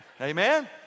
Amen